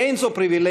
אין זו פריבילגיה,